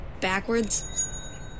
backwards